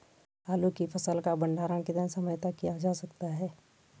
आलू की फसल का भंडारण कितने समय तक किया जा सकता है?